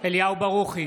אליהו ברוכי,